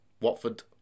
Watford